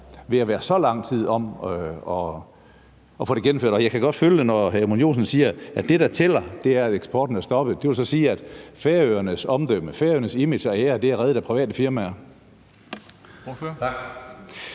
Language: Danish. ved at være så lang tid om at få det gennemført? Og jeg kan godt følge det, når hr. Edmund Joensen siger, at det, der tæller, er, at eksporten er stoppet. Det vil så sige, at Færøernes omdømme, Færøernes image og ære, er reddet af private firmaer.